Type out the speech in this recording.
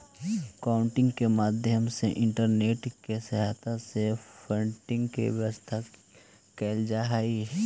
crowdfunding के माध्यम से इंटरनेट के सहायता से फंडिंग के व्यवस्था कैल जा हई